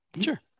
Sure